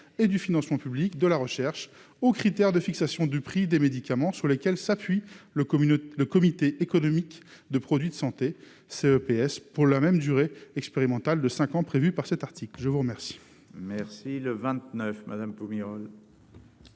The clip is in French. et du financement public de la recherche au critère de fixation du prix des médicaments sur lesquels s'appuie le communiqué le comité économique, de produits de santé, c'est le PS, pour la même durée expérimentale de 5 ans prévu par cet article, je vous remercie. Merci le 29 madame Pommier.